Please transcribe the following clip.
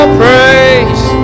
praise